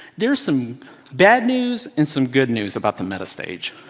there's some bad news and some good news about the meta stage.